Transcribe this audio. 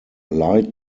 light